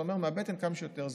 אתה אומר מהבטן: כמה שיותר זמן.